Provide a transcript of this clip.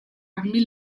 parmi